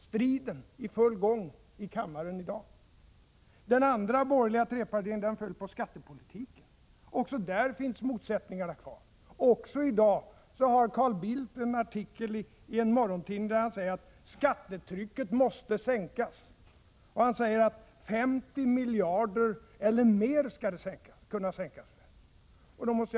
Striden är i full gång, här i kammaren. Den andra borgerliga trepartiregeringen föll på skattepolitiken. Också där finns motsättningarna kvar. I dag har Carl Bildt en artikel i en morgontidning, där han hävdar att skattetrycket måste sänkas. Han säger att det skall sänkas med 50 miljarder eller mer.